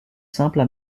simples